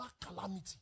calamity